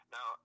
Now